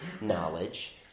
knowledge